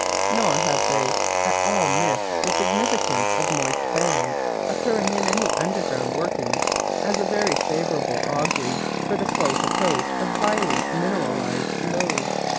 nor have they at all missed the significance of moist bands occurring in any underground workings as a very favourable augury for the close approach of highly mineralised lodes.